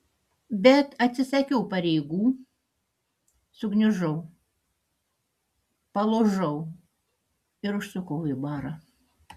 bet atsisakiau pareigų sugniužau palūžau ir užsukau į barą